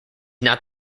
not